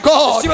God